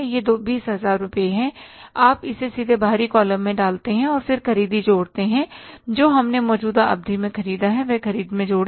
यह 20000 रुपये है आप इसे सीधे बाहरी कॉलम में डालते हैं फिर खरीदी जोड़ते हैं जो हमने मौजूदा अवधि में ख़रीदा है वह ख़रीद में जोड़े